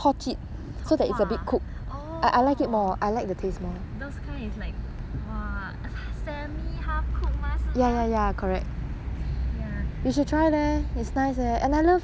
those kind is like !wah! semi half cook mah 是不是 ya oh my god